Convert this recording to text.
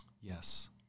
Yes